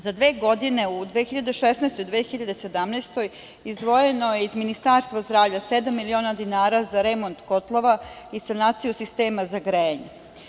Za dve godine u 2016/2017. godini izdvojeno je iz Ministarstva zdravlja sedam miliona dinara za remont kotlova i sanaciju sistema za grejanje.